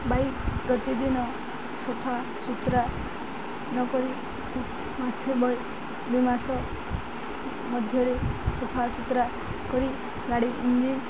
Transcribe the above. bike ପ୍ରତିଦିନ ସଫାସୁତୁରା ନକରି ମାସେ ଦୁଇ ମାସ ମଧ୍ୟରେ ସଫାସୁୁତୁରା କରି ଗାଡ଼ି ଇଞ୍ଜିନ